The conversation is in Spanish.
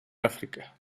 áfrica